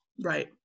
right